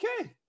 okay